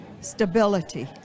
stability